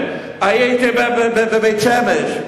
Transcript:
הייתי בבית-שמש,